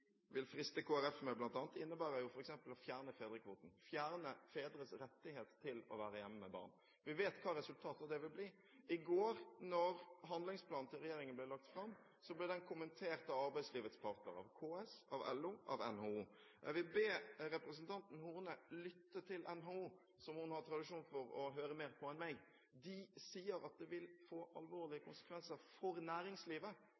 vil friste Kristelig Folkeparti med, bl.a., innebærer f.eks. å fjerne fedrekvoten, fjerne fedres rettighet til å være hjemme med barn. Vi vet hva resultatet av det vil bli. Da handlingsplanen til regjeringen ble lagt fram i går, ble den kommentert av arbeidslivets parter, av KS, av LO, av NHO. Jeg vil be representanten Horne lytte til NHO, som hun har tradisjon for å høre mer på enn meg. De sier at det vil få alvorlige konsekvenser for næringslivet